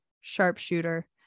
sharpshooter